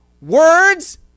Words